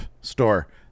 store